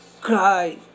cry